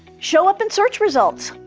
show up in search results!